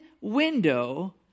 window